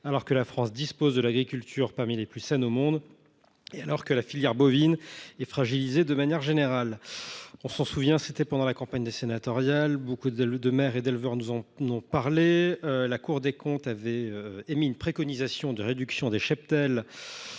alors même que la France dispose d’une agriculture parmi les plus saines au monde et que la filière bovine est fragilisée de manière générale. On s’en souvient, pendant la campagne sénatoriale, de nombreux maires et éleveurs ont évoqué le sujet. La Cour des comptes avait émis une préconisation de réduction des cheptels,